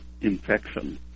infection